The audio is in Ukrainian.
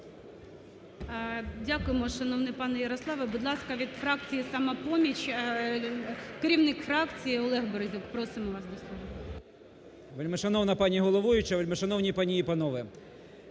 Дякуємо, шановний пане Ярославе. Будь ласка, від фракції "Самопоміч" керівник фракції Олег Березюк. Просимо вас до слова. 11:35:39 БЕРЕЗЮК О.Р. Вельмишановна пані головуюча, вельмишановні пані і панове!